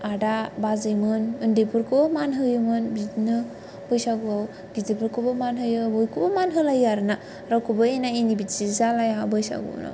आदा बाजौमोन आन्दैफोरखौबो मान होयोमोन बिदिनो बैसागुवाव गिदिरफोरखौबो मान होयो बयखौबो मान होलायो आरो ना रावखौबो एना एनि बिदि जालाया बैसागुवाव